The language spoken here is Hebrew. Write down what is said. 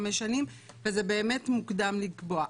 חמש שנים וזה באמת מוקדם לקבוע,